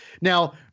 Now